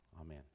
Amen